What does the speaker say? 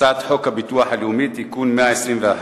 הצעת חוק הביטוח הלאומי (תיקון מס' 121)